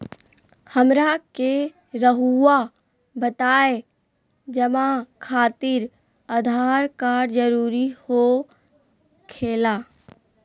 हमरा के रहुआ बताएं जमा खातिर आधार कार्ड जरूरी हो खेला?